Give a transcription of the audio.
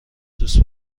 دوست